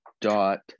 dot